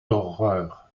d’horreur